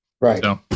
Right